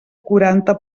quaranta